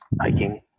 Hiking